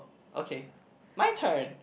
okay my turn